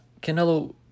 Canelo